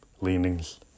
leanings